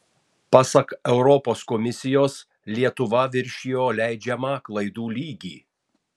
pasak europos komisijos lietuva viršijo leidžiamą klaidų lygį